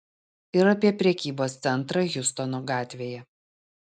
ir apie prekybos centrą hjustono gatvėje